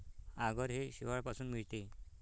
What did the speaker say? आगर हे शेवाळापासून मिळते